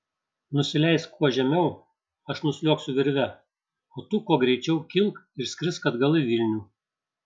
nusileisk kuo žemiau aš nusliuogsiu virve o tu kuo greičiau kilk ir skrisk atgal į vilnių